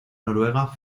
noruega